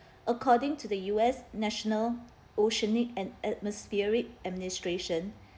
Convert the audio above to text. according to the U_S national oceanic and atmospheric administration